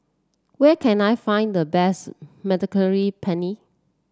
where can I find the best Mediterranean Penne